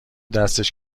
دستش